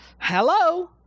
Hello